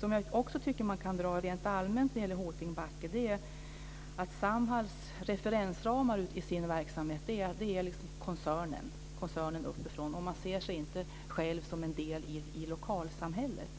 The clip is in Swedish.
som jag också tycker att man kan dra rent allmänt när det gäller Hoting och Backe är att Samhalls referensramar för verksamheten helt och hållet är koncernen. Det handlar om koncernen uppifrån - man ser inte sig själv som en del i lokalsamhället.